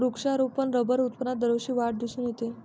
वृक्षारोपण रबर उत्पादनात दरवर्षी वाढ दिसून येते